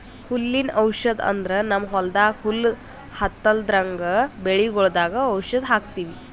ಹುಲ್ಲಿನ್ ಔಷಧ್ ಅಂದ್ರ ನಮ್ಮ್ ಹೊಲ್ದಾಗ ಹುಲ್ಲ್ ಹತ್ತಲ್ರದಂಗ್ ಬೆಳಿಗೊಳ್ದಾಗ್ ಔಷಧ್ ಹಾಕ್ತಿವಿ